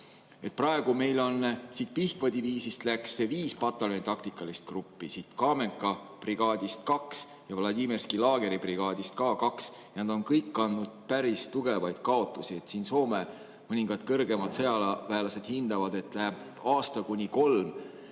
Praegu läks Pihkva diviisist viis pataljoni taktikalist gruppi, Kamenka brigaadist kaks, Vladimirski Lageri brigaadist ka kaks ja nad on kõik kandnud päris tugevaid kaotusi. Soome mõningad kõrgemad sõjaväelased hindavad, et läheb aasta kuni kolm